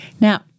Now